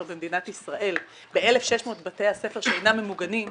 במדינת ישראל ב-1,600 בתי הספר שאינם ממוגנים,